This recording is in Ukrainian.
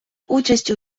участь